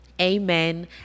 amen